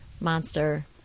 Monster